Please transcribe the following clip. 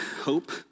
hope